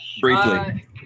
Briefly